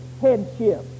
headship